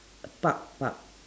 park park